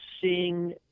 seeing